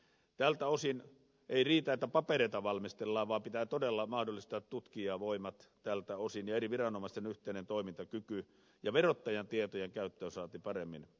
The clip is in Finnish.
tältä osin ei riitä että papereita valmistellaan vaan pitää todella mahdollistaa tutkijavoimat tältä osin ja eri viranomaisten yhteinen toimintakyky ja verottajan tietojen käyttöönsaanti paremmin